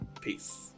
Peace